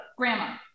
grandma